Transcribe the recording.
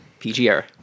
PGR